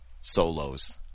solos